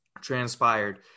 transpired